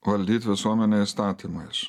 valdyt visuomenę įstatymais